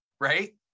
right